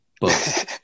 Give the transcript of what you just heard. books